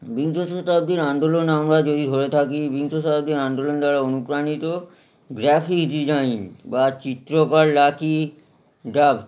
বিংশ শতাব্দীর আন্দোলন আমরা যদি ধরে থাকি বিংশ শতাব্দীর আন্দোলন দ্বারা অনুপ্রাণিত গ্রাফিক ডিজাইন বা চিত্রকররা কি গ্রাফ